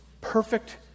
perfect